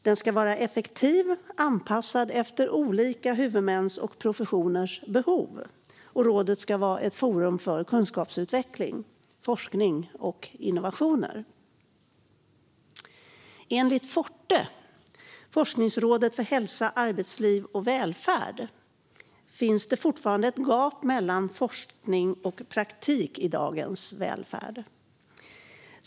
Den ska vara effektiv och anpassad efter olika huvudmäns och professioners behov. Rådet ska också vara ett forum för kunskapsutveckling, forskning och innovationer. Enligt Forte, Forskningsrådet för hälsa, arbetsliv och välfärd, finns fortfarande ett gap mellan forskning och praktik i dagens välfärd.